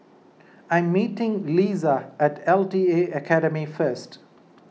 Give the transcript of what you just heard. I am meeting Leesa at L T A Academy first